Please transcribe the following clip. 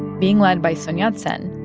being led by sun yat-sen,